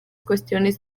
cuestiones